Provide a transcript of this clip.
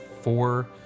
four